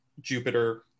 Jupiter